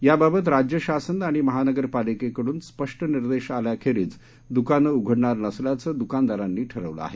याबाबत राज्यशासन आणि महानगरपालिकेकडून स्पष्ट निर्देश आल्याखेरीज दुकानं उघडणार नसल्याचं दुकानदारांनी ठरवलं आहे